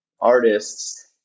artists